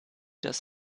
das